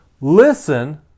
listen